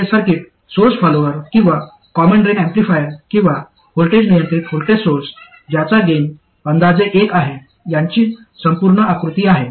तर हे circuit source follower किंवा कॉमन ड्रेन एम्पलीफायर किंवा व्होल्टेज नियंत्रित व्होल्टेज सोर्स ज्याचा गेन अंदाजे एक आहे यांची संपूर्ण आकृती आहे